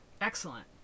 Excellent